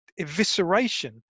evisceration